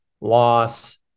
loss